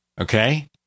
Okay